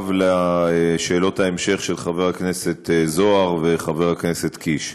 במשולב על שאלות ההמשך של חבר הכנסת זוהר וחבר הכנסת קיש.